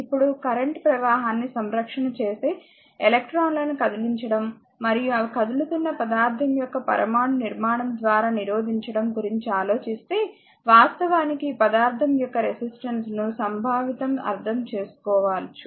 ఇప్పుడు కరెంట్ ప్రవాహాన్ని సంకర్షణ చేసే ఎలక్ట్రాన్లను కదిలించడం మరియు అవి కదులుతున్న పదార్థం యొక్క పరమాణు నిర్మాణం ద్వారా నిరోధించబడటం గురించి ఆలోచిస్తే వాస్తవానికి పదార్థం యొక్క రెసిస్టెన్స్ ను సంభావితంగా అర్థం చేసుకోవచ్చు